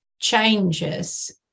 changes